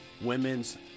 women's